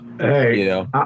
Hey